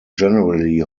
generally